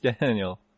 Daniel